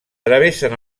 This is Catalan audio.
travessen